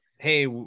Hey